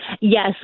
Yes